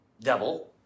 devil